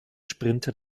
sprinter